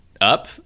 up